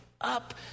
up